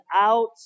out